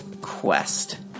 quest